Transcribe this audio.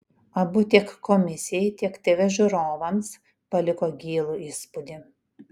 abu tiek komisijai tiek tv žiūrovams paliko gilų įspūdį